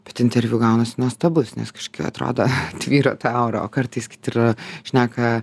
bet interviu gaunasi nuostabus nes kažkaip atrodo tvyro ta aura o kartais yra šneka